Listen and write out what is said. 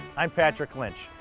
i'm patrick lynch.